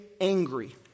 angry